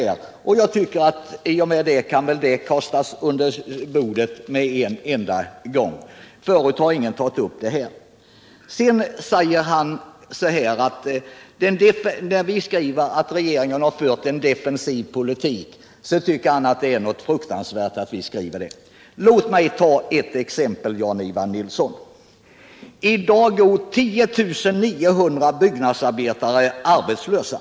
Därför anser jag att det där utan vidare kan kastas under bordet. Inte heller har någon förut tagit upp den här saken. Sedan tycker Jan-Ivan Nilsson att det är fruktansvärt att vi skriver att regeringen har fört en defensiv politik. Men låt mig ta ett exempel, Jan-Ivan Nilsson. I dag går 10 900 byggnadsarbetare arbetslösa.